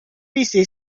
busy